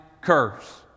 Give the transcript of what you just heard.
curse